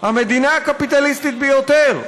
המדינה הקפיטליסטית ביותר.